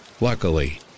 Luckily